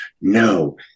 no